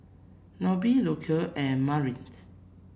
Nobie Lucile and Maureen